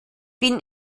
bin